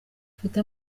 ufite